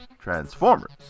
Transformers